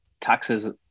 taxes